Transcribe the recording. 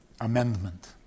amendment